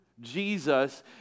Jesus